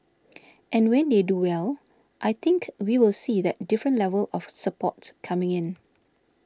and when they do well I think we will see that different level of support coming in